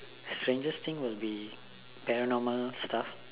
strangest thing will be paranormal stuff